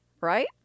right